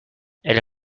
elle